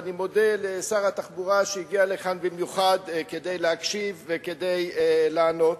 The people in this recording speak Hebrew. ואני מודה לשר התחבורה שהגיע לכאן במיוחד כדי להקשיב וכדי לענות.